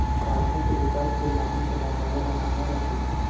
सरसों के उपज के नमी से बचावे ला कहवा रखी?